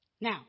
Now